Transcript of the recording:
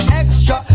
extra